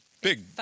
Big